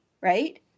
right